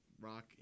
rock